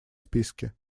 списке